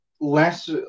less